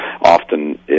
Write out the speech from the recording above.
Often